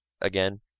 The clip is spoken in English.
again